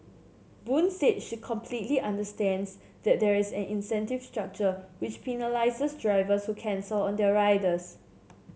Boon said she completely understands that there is an incentive structure which penalises drivers who cancel on their riders